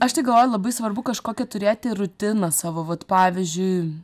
aš tai galvoju labai svarbu kažkokią turėti rutiną savo vat pavyzdžiui